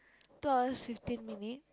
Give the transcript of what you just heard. two hours fifteen minutes